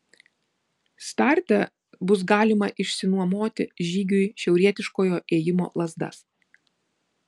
starte bus galima išsinuomoti žygiui šiaurietiškojo ėjimo lazdas